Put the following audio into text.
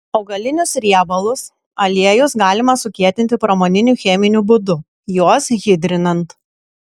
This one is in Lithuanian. augalinius riebalus aliejus galima sukietinti pramoniniu cheminiu būdu juos hidrinant